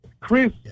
Chris